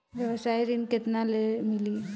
व्यवसाय ऋण केतना ले मिली?